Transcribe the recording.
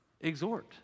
exhort